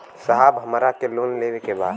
साहब हमरा के लोन लेवे के बा